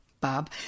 Bob